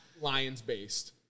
Lions-based